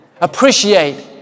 Appreciate